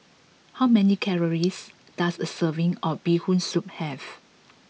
how many calories does a serving of Bee Hoon Soup have